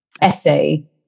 essay –